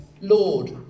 Lord